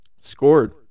scored